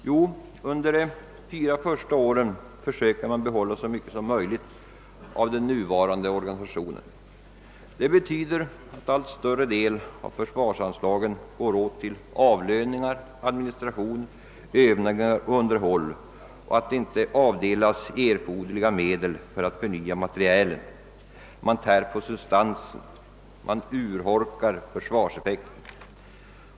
Jo, under de fyra första åren försöker man behålla så mycket som möjligt av den nuvarande organisationen. Det betyder att allt större del av försvarsanslagen går åt till avlöningar, administration, övningar och underhåll och att det icke kan avskiljas erforderliga medel för att förnya materielen. Man tär på substansen och urholkar därmed försvarseffekten.